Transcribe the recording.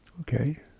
Okay